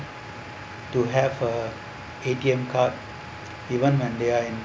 to have a A_T_M card even when they are in